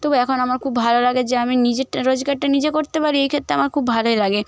তবু এখন আমার খুব ভালো লাগে যে আমি নিজেরটা রোজগারটা নিজে করতে পারি এই ক্ষেত্রে আমার খুব ভালোই লাগে